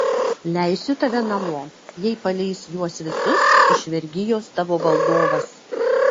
leisiu tave namo jei paleis juos visus iš vergijos tavo valdovas